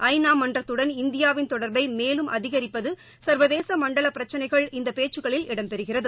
ஐ நா மன்றத்துடன் இந்தியாவின் தொடர்பை மேலும் அதிகரிப்பது சர்வதேச மண்டல பிரச்சினைகள் இந்த பேச்சுக்களில் இடம்பெறுகிறது